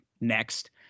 next